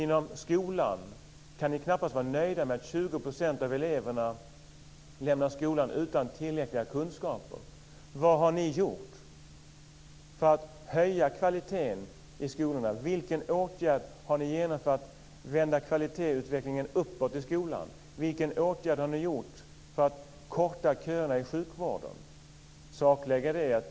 Ni kan knappast vara nöjda med att 20 % av eleverna lämnar skolan utan tillräckliga kunskaper. Vad har ni gjort för att höja kvaliteten i skolorna? Vilken åtgärd har ni genomfört för att vända kvalitetsutvecklingen uppåt i skolan? Vilken åtgärd har ni vidtagit för att korta köerna i sjukvården?